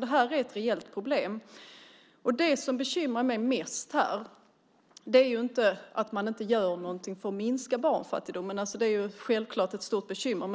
Det här är ett reellt problem, och det som bekymrar mig mest är inte att man inte gör något för att minska barnfattigdomen, även om det självklart är ett stort bekymmer.